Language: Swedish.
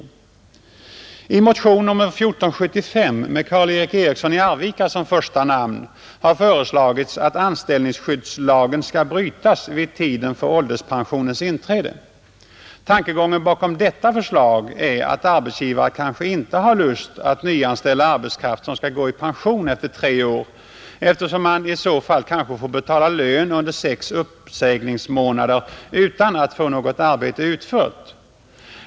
I motionen 1475 med Karl Erik Eriksson i Arvika som första namn har föreslagits att anställningsskyddslagen skall brötas vid tiden för ålderspensionens inträde. Tankegången bakom detta förslag är att arbetsgivare kanske inte har lust att nyanställa arbetskraft som skall gå i pension efter tre år, eftersom man i så fall kanske får betala lön under sex uppsägningsmånader utan att få något arbete utfört.